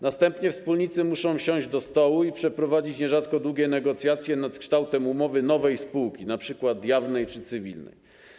Następnie wspólnicy muszą siąść do stołu i przeprowadzić nierzadko długie negocjacje nad kształtem umowy nowej spółki, np. jawnej czy cywilnej.